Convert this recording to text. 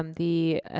um the ah